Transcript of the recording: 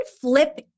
flip